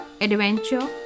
Adventure